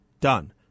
done